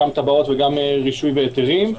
גם תב"עות וגם רישוי והיתרים.